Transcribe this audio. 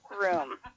room